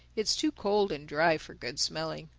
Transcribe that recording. it's too cold and dry for good smelling.